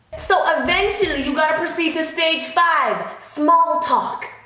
so, eventually, you got to proceed to stage five, small talk.